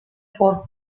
for